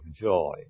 joy